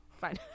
Fine